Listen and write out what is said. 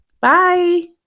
Bye